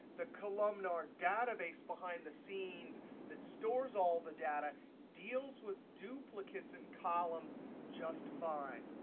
the columnar database behind the scenes that stores all the data deals with duplicates in columns just fine.